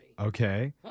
Okay